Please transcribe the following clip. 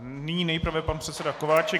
Nyní nejprve pan předseda Kováčik.